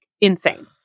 insane